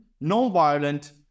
non-violent